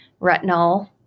retinol